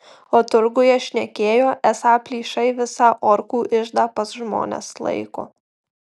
o turguje šnekėjo esą plyšai visą orkų iždą pas žmones laiko